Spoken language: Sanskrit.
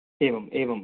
एवं एवं